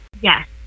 Yes